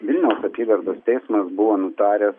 vilniaus apygardos teismas buvo nutaręs